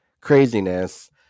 craziness